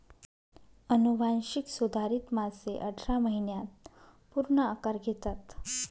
अनुवांशिक सुधारित मासे अठरा महिन्यांत पूर्ण आकार घेतात